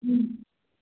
ம்